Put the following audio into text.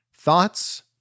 thoughts